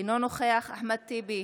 אינו נוכח אחמד טיבי,